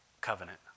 covenant